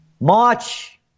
March